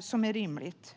som är rimligt.